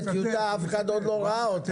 אף אחד עוד לא ראה אותה,